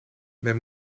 men